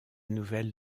nouvelle